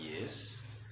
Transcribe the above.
yes